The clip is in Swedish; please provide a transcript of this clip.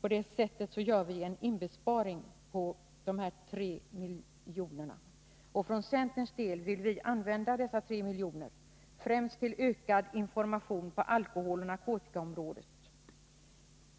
På det sättet gör vi en inbesparing på 3 miljoner. För centerns del vill vi använda dessa 3 miljoner främst till ökad information på alkoholoch narkotikaområdet